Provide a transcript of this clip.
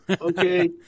okay